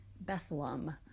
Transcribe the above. Bethlehem